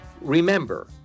Remember